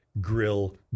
grill